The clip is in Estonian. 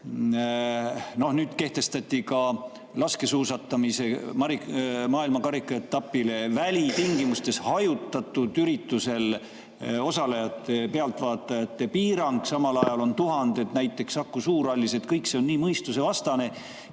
Nüüd kehtestati laskesuusatamise maailmakarika etapile – välistingimustes, hajutatud üritusel – osalejate, pealtvaatajate piirang. Samal ajal on tuhanded inimesed koos näiteks Saku Suurhallis. Kõik see on nii mõistusevastane.